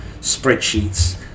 spreadsheets